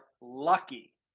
lucky